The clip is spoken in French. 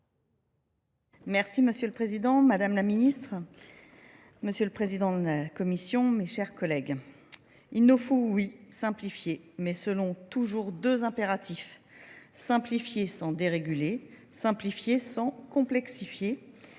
Merci Monsieur le Président, Madame la Ministre, Monsieur le Président de la Commission, mes chers collègues. Il nous faut, oui, simplifier, mais selon toujours deux impératifs, simplifier sans déréguler, simplifier sans complexifier,